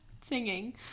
singing